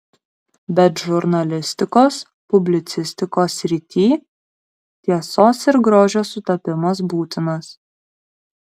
bet žurnalistikos publicistikos srityj tiesos ir grožio sutapimas būtinas